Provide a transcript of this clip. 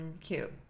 cute